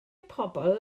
pobl